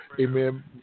amen